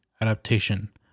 adaptation